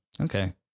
Okay